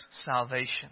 salvation